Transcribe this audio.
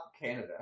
Canada